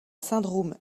syndrome